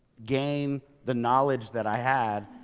gain the knowledge that i had,